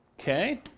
Okay